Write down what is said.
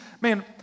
man